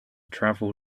travel